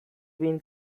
been